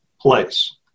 place